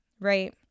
right